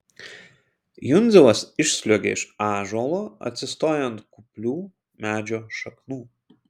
jundzilas išsliuogia iš ąžuolo atsistoja ant kuplių medžio šaknų